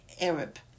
Arab